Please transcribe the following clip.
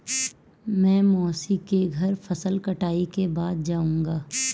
मैं मौसी के घर फसल कटाई के बाद जाऊंगा